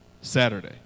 Saturday